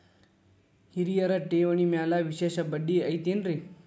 ಹಿರಿಯರ ಠೇವಣಿ ಮ್ಯಾಲೆ ವಿಶೇಷ ಬಡ್ಡಿ ಐತೇನ್ರಿ?